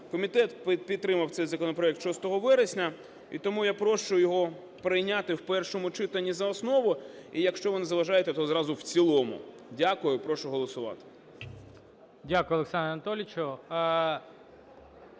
Комітет підтримав цей законопроект 6 вересня, і тому я прошу його прийняти в першому читанні за основу і, якщо ви не заперечуєте, в цілому. Дякую і прошу голосувати. ГОЛОВУЮЧИЙ. Дякую, Олександре Анатолійовичу.